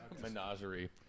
Menagerie